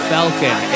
Falcon